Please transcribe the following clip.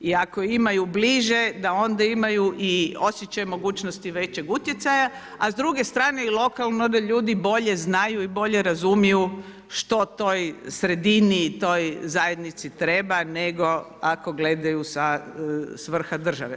I ako imaju bliže da onda imaju i osjećaj mogućnosti većeg utjecaja a s druge strane i lokalno da ljudi bolje znaju i bolje razumiju što toj sredini i toj zajednici treba nego ako gledaju sa s vrha države.